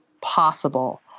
possible